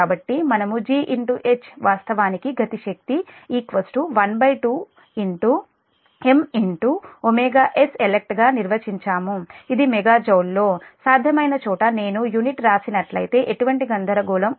కాబట్టి మనము G H వాస్తవానికి గతిశక్తి 12 M s elect గా నిర్వచించాము ఇది మెగా జోల్ లో సాధ్యమైన చోట నేను యూనిట్ వ్రాసినట్లయితే ఎటువంటి గందరగోళం ఉండదు